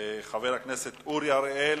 חבר הכנסת אורי אריאל,